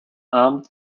armed